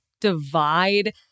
divide